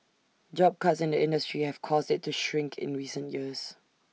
job cuts in the industry have caused IT to shrink in recent years